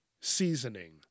seasoning